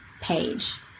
page